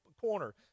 corner